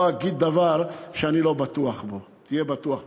לא אגיד דבר שאני לא בטוח בו, תהיה בטוח בכך.